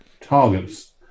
targets